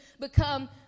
become